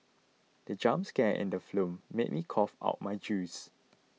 the jump scare in the film made me cough out my juice